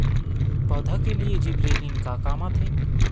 पौधा के लिए जिबरेलीन का काम आथे?